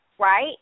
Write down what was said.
Right